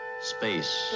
space